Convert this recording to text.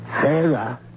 Sarah